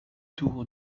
tour